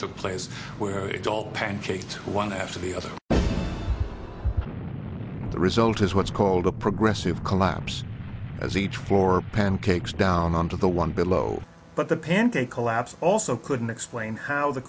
took place where it all pancake one after the other the result is what's called a progressive collapse as each floor pancakes down on to the one below but the pancake collapse also couldn't explain how the